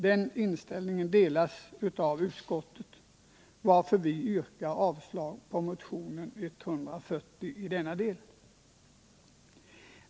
Den inställningen delas av utskottet, varför vi yrkar — Inrättande av avslag på motionen 140 i denna del.